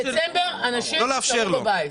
בדצמבר אנשים ישבו בבית.